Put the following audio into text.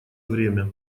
время